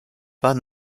pas